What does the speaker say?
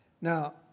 Now